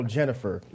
Jennifer